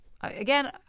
again